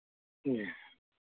जी